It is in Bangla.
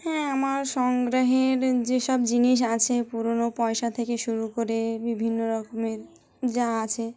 হ্যাঁ আমার সংগ্রহের যেসব জিনিস আছে পুরোনো পয়সা থেকে শুরু করে বিভিন্ন রকমের যা আছে